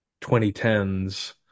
2010s